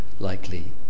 likely